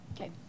Okay